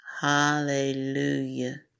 Hallelujah